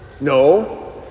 No